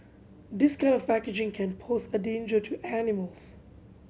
this kind of packaging can pose a danger to animals